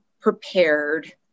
prepared